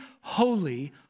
holy